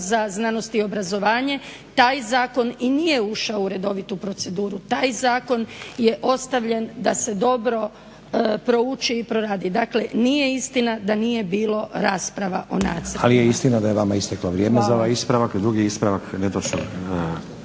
za znanost i obrazovanje taj zakon i nije ušao u redovitu proceduru, taj zakon je ostavljen da se dobro prouči i proradi. Dakle nije istina da nije bilo rasprava o nacrtu. **Stazić, Nenad (SDP)** Ali je istina da je vama isteklo vrijeme za ovaj ispravak. Drugi ispravak netočnog